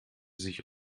sich